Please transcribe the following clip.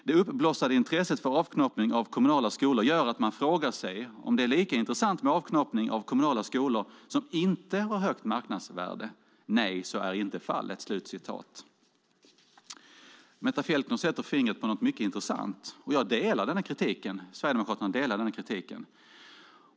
Det uppblossade intresset för avknoppning av kommunala skolor gör att man frågar sig om det är lika intressant med avknoppning av kommunala skolor som inte har högt marknadsvärde? Nej, så är inte fallet." Metta Fjelkner sätter fingret på något mycket intressant, och jag delar kritiken. Sverigedemokraterna delar kritiken.